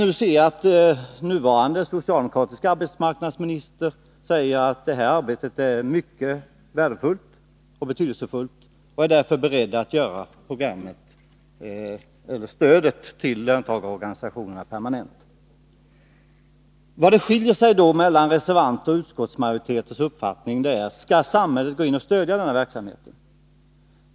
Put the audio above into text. Den nuvarande socialdemokratiska arbetsmarknadsministern säger också att arbetet är mycket värdefullt och att hon därför är beredd att göra stödet till löntagarorganisationerna permanent. Det som skiljer reservanternas och utskottsmajoritetens uppfattning gäller frågan om huruvida samhället skall gå in och stödja denna verksamhet.